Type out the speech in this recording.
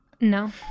No